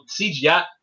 CGI